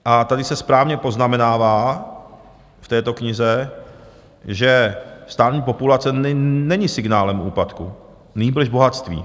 A tady se správně poznamenává v této knize, že stárnutí populace není signálem úpadku, nýbrž bohatství.